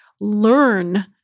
learn